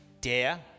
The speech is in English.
dare